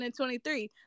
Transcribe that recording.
2023